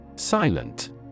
Silent